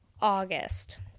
August